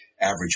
average